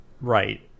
Right